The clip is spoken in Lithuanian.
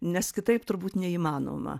nes kitaip turbūt neįmanoma